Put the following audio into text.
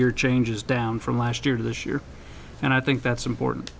year changes down from last year to this year and i think that's important